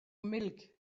milk